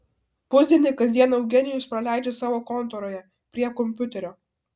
pusdienį kasdien eugenijus praleidžia savo kontoroje prie kompiuterio